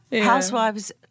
Housewives